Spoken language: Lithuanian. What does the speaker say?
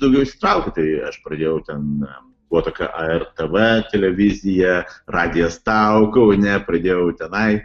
daugiau ištrauki tai aš pradėjau ten buvo tokia a er tv televizija radijas tau kaune pradėjau tenai